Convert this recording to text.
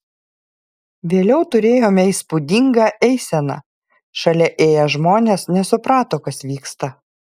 vėliau turėjome įspūdingą eiseną šalia ėję žmonės nesuprato kas vyksta